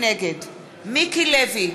נגד מיקי לוי,